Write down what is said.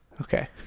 okay